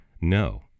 no